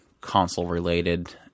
console-related